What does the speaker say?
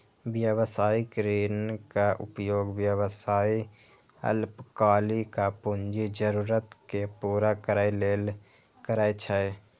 व्यावसायिक ऋणक उपयोग व्यवसायी अल्पकालिक पूंजी जरूरत कें पूरा करै लेल करै छै